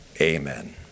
amen